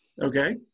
Okay